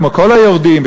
כמו כל היורדים,